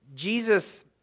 Jesus